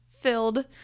filled